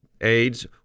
AIDS